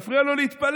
מפריע לו להתפלל.